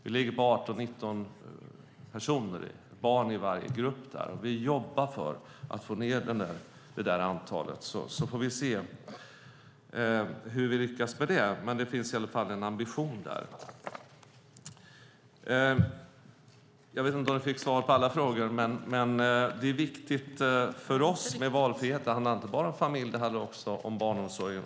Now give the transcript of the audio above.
Vi har 18-19 barn i varje grupp, och vi jobbar för att få ned antalet. Sedan får vi se hur vi lyckas, men ambitionen finns i alla fall. Jag vet inte om Eva Olofsson fick svar på alla frågor. Jag vill säga att för oss är det viktigt med valfrihet, och det handlar inte bara om familjen utan också om barnomsorgen.